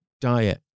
diet